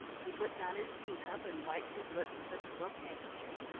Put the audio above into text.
he put down his tea cup and wiped his lips with a silk handkerchief.